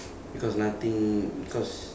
because nothing because